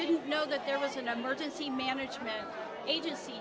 didn't know that there was an emergency management agency